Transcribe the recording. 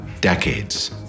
decades